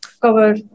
cover